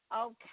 Okay